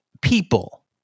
people